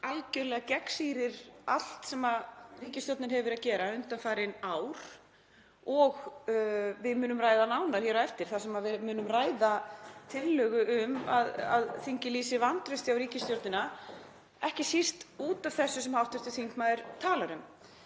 sannarlega gegnsýrir allt sem ríkisstjórnin hefur verið að gera undanfarin ár, og við munum ræða nánar hér á eftir þegar við ræðum tillögu um að þingið lýsi vantrausti á ríkisstjórnina, ekki síst út af þessu sem hv. þingmaður talar um,